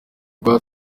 rwa